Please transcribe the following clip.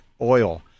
Oil